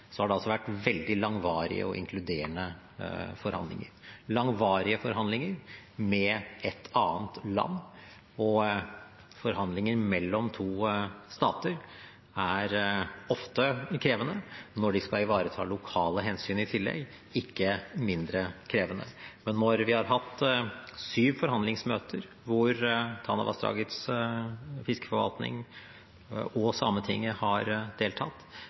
har det vært veldig langvarige og inkluderende forhandlinger – langvarige forhandlinger med et annet land. Forhandlinger mellom to stater er ofte krevende, og når de skal ivareta lokale hensyn i tillegg, er de ikke mindre krevende. Men når vi har hatt syv forhandlingsmøter, hvor Tanavassdragets fiskeforvaltning og Sametinget har deltatt,